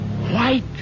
white